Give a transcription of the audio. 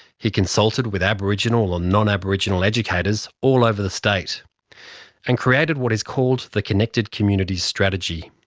he consulted with aboriginal and non-aboriginal educators all over the state and created what is called the connected communities strategy.